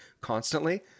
constantly